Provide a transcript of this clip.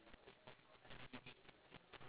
ah ya ya ya ya